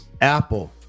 Apple